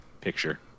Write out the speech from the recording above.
picture